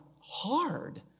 hard